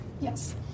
Yes